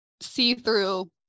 see-through